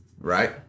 Right